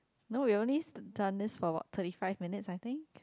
no we only done this for thirty five minutes I think